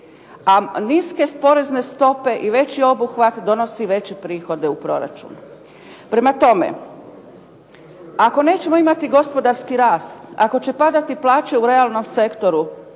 a niske porezne stope i veći obuhvat donosi veće prihode u proračunu. Prema tome, ako nećemo imati gospodarski rast, ako će padati plaće u realnom sektoru